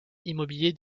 immobiliers